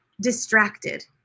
distracted